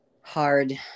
hard